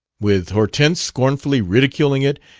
with hortense scornfully ridiculing it,